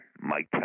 Mike